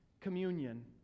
Communion